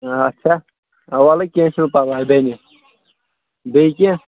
اَچھا وَلہٕ کیٚنہہ چھُنہٕ پَرواے بَنہِ بیٚیہِ کیٚنہہ